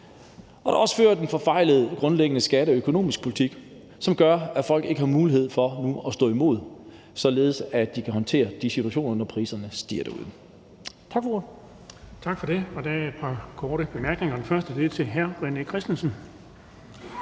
Der har også været ført en grundlæggende forfejlet skattepolitik og økonomisk politik, som gør, at folk ikke har mulighed for nu at stå imod, således at de kan håndtere de situationer, når priserne stiger derude.